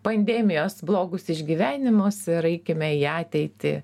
pandemijos blogus išgyvenimus ir eikime į ateitį